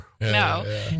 No